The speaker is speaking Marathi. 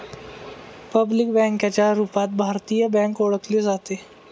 पब्लिक बँकेच्या रूपात भारतीय बँक ओळखली जाते